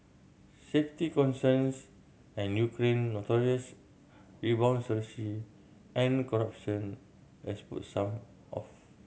safety concerns and Ukraine notorious and corruption has put some off